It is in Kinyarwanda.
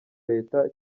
leta